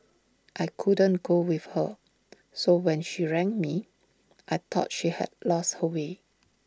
I couldn't go with her so when she rang me I thought she had lost her way